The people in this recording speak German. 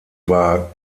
war